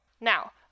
Now